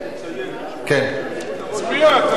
תצביע, תצביע,